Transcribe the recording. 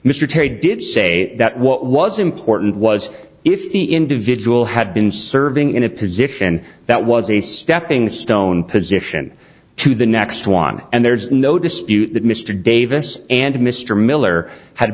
mr terry did say that what was important was if the individual had been serving in a position that was a stepping stone position to the next one and there's no dispute that mr davis and mr miller had